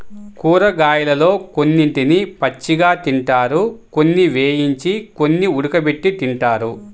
కూరగాయలలో కొన్నిటిని పచ్చిగా తింటారు, కొన్ని వేయించి, కొన్ని ఉడకబెట్టి తింటారు